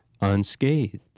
unscathed